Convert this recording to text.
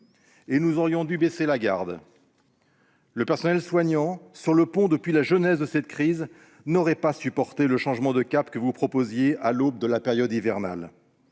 Et nous aurions dû baisser la garde ? Le personnel soignant, sur le pont depuis l'origine de cette crise, n'aurait pas supporté le changement de cap que vous proposiez à l'aube de la période hivernale.